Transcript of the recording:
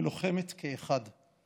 ולוחמת כאחד.